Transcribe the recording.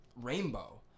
rainbow